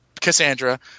Cassandra